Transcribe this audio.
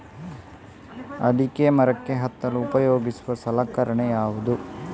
ಅಡಿಕೆ ಮರಕ್ಕೆ ಹತ್ತಲು ಉಪಯೋಗಿಸುವ ಸಲಕರಣೆ ಯಾವುದು?